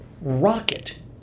rocket